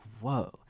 Whoa